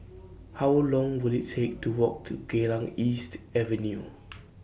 How Long Will IT Take to Walk to Geylang East Avenue